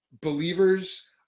believers